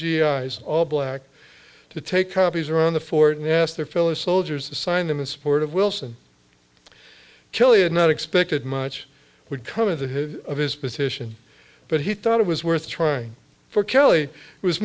z all black to take copies around the fort and asked their phyllis soldiers to sign them in support of wilson kelley had not expected much would come into his of his petition but he thought it was worth trying for kelly was